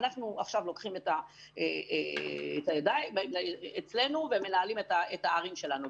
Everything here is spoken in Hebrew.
אנחנו עכשיו לוקחים את העניין לידיים ומנהלים את הערים שלנו.